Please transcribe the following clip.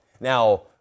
Now